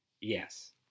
Yes